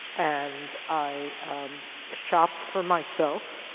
and i shop for myself